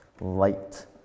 light